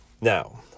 Now